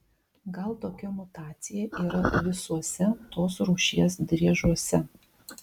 gal tokia mutacija yra visuose tos rūšies driežuose